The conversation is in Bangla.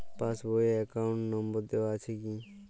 পাস বই এ অ্যাকাউন্ট নম্বর দেওয়া থাকে কি?